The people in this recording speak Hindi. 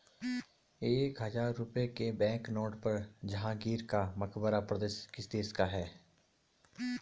एक हजार रुपये के बैंकनोट पर जहांगीर का मकबरा प्रदर्शित किस देश का है?